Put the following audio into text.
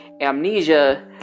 amnesia